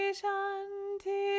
shanti